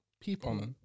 people